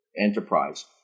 enterprise